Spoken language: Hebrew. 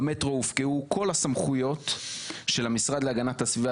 במטרו הופקעו כל הסמכויות של המשרד להגנת הסביבה.